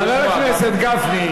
איך הגעת לגיור?